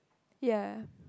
ya